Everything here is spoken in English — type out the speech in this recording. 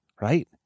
right